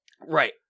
Right